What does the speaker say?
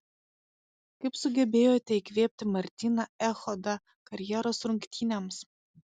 kaip sugebėjote įkvėpti martyną echodą karjeros rungtynėms